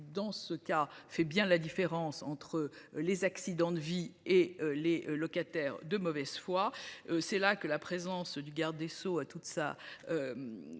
dans ce cas fait bien la différence entre les accidents de vie et les locataires de mauvaise foi. C'est là que la présence du garde des Sceaux a toute sa.